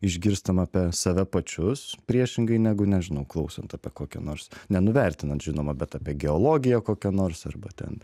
išgirstam apie save pačius priešingai negu nežinau klausant apie kokį nors nenuvertinant žinoma bet apie geologiją kokią nors arba ten